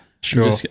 Sure